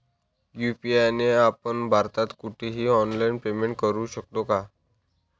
UPI ने आपण भारतात कुठेही ऑनलाईन पेमेंट करु शकतो का?